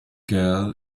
girl